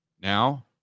Now